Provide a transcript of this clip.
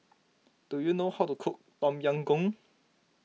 do you know how to cook Tom Yam Goong